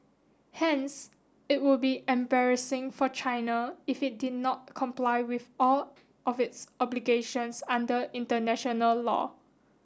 hence it would be embarrassing for China if it did not comply with all of its obligations under international law